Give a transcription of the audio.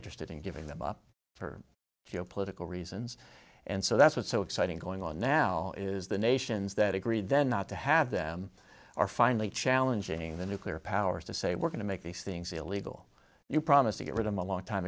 interested in giving them up for geopolitical reasons and so that's what's so exciting going on now is the nations that agreed then not to have them are finally challenging the nuclear powers to say we're going to make these things illegal you promise to get rid of a long time